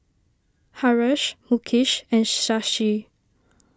Haresh Mukesh and Shashi